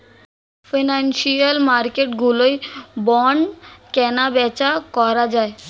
financial মার্কেটগুলোয় bond কেনাবেচা করা যায়